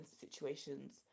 situations